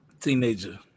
Teenager